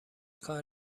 کار